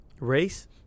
race